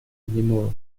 anymore